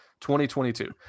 2022